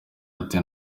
ati